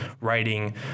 writing